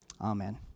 Amen